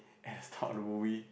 at the start of the movie